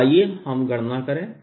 तो आइए हम गणना करें